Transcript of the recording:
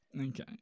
Okay